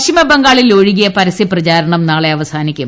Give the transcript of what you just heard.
പശ്ചിമബംഗാളിലൊഴികെ പരസ്യപ്രചാരണം നാളെ അവസാനിക്കും